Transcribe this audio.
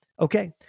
Okay